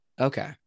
Okay